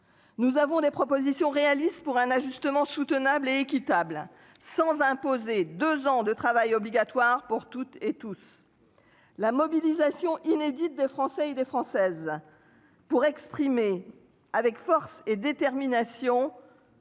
Nous avons des propositions réalistes pour un ajustement soutenable et équitable sans imposer 2 ans de travail obligatoire pour toutes et tous. La mobilisation inédite des Français et des Françaises. Pour exprimer avec force et détermination.